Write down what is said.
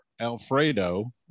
Alfredo